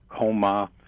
coma